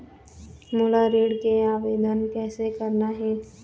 मोला ऋण के आवेदन कैसे करना हे?